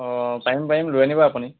অঁ পাৰিম পাৰিম লৈ আনিব আপুনি